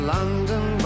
London